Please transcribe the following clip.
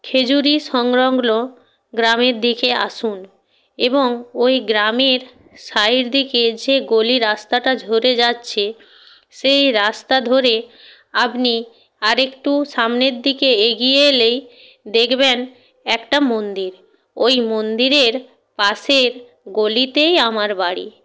খেজুরি সংলগ্ল গ্রামের দিকে আসুন এবং ওই গ্রামের সাইড দিকের যে গলি রাস্তাটা ঝরে যাচ্ছে সেই রাস্তা ধরে আপনি আর একটু সামনের দিকে এগিয়ে এলেই দেকবেন একটা মন্দির ওই মন্দিরের পাশের গলিতেই আমার বাড়ি